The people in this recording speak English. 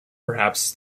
perhaps